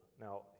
Now